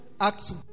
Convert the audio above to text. Acts